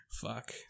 Fuck